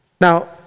Now